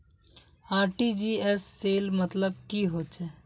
RTGS सेल मतलब की होचए?